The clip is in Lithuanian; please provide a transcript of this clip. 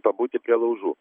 pabūti prie laužų